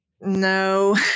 no